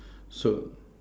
so